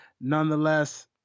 Nonetheless